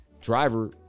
driver